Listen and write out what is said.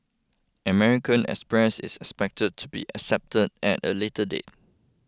American Express is expected to be accepted at a later date